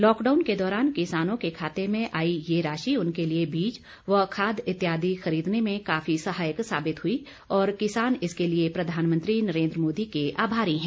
lockdown के दौरान किसानों के खाते में आई ये राशि उनके लिए बीज व खाद इत्यादि खरीदने में काफी सहायक साबित हुई और किसान इसके लिए प्रधानमंत्री नरेन्द्र मोदी के आभारी हैं